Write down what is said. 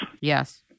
Yes